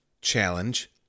challenge